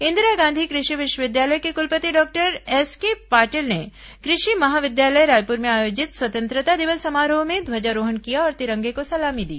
इंदिरा गांधी कृषि विश्वविद्यालय के कृलपति डॉक्टर एसके पाटील ने कृषि महाविद्यालय रायपुर में आयोजित स्वतंत्रता दिवस समारोह में ध्वजारोहण किया और तिरंगे को सलामी दी